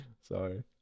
sorry